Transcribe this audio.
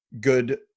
good